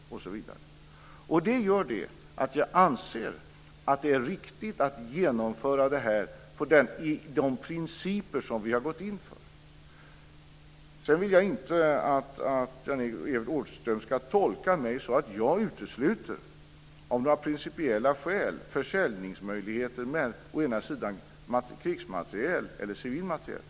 Det gör att jag anser att det är riktigt att genomföra detta enligt de principer som vi har gått in för. Sedan vill jag inte att Jan-Evert Rådhström ska tolka mig så att jag av principiella skäl utesluter försäljningsmöjligheter för å ena sidan krigsmateriel och å andra sidan civil materiel.